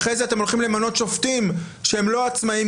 אחרי זה אתם הולכים למנות שופטים שהם לא עצמאים,